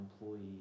employees